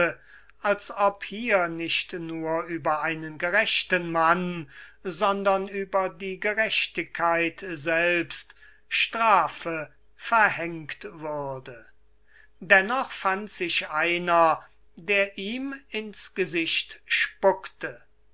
als ob hier nicht nur über einen gerechten mann sondern über die gerechtigkeit selbst strafe verhängt würde dennoch fand sich einer der ihm in's gesicht spuckte